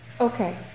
Okay